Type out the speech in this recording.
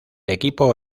equipo